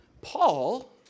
Paul